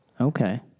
Okay